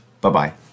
Bye-bye